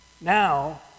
Now